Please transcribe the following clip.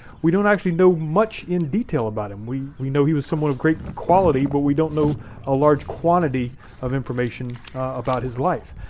we don't actually know much in detail about him. we we know he was someone of great quality, but we don't know a large quantity of information about his life.